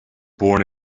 born